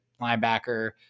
linebacker